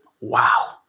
wow